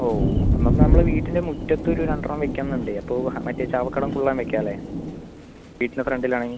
ഓ എന്നാൽ പിന്നെ നമ്മളുടെ വീട്ടിന്റെ മുറ്റത്ത് ഒരു രണ്ടെണ്ണം വെക്കണമെന്ന് ഉണ്ട് അപ്പോൾ മറ്റെ ചാവക്കാടൻ കുള്ളൻ വെക്കാമല്ലേ വീടിന്റെ ഫ്രണ്ടിൽ ആണെങ്കിൽ